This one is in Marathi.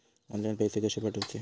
ऑनलाइन पैसे कशे पाठवचे?